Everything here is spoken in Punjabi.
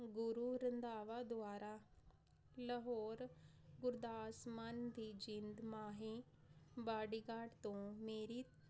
ਗੁਰੂ ਰੰਧਾਵਾ ਦੁਆਰਾ ਲਾਹੌਰ ਗੁਰਦਾਸ ਮਾਨ ਦੀ ਜਿੰਦ ਮਾਹੀ ਬਾਡੀਗਾਡ ਤੋਂ ਮੇਰੀ